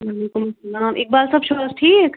وعلیکُم السلام اِقبال صٲب چھُو حظ ٹھیٖک